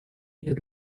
имеет